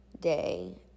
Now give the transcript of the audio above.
day